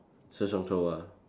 Sheng-Siong show ah